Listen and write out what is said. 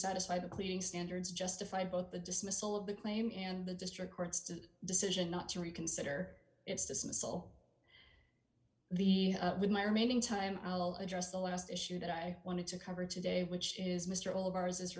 satisfy the cleaving standards justified both the dismissal of the claim and the district court's decision not to reconsider its dismissal the with my remaining time i'll address the last issue that i wanted to cover today which is mr all of ours is